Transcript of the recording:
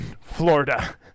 Florida